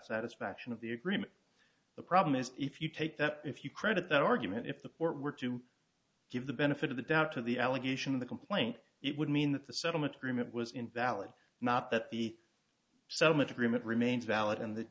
satisfaction of the agreement the problem is if you take that if you credit that argument if the port were to give the benefit of the doubt to the allegation of the complaint it would mean that the settlement agreement was invalid not that the settlement agreement remains valid and the